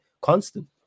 Constant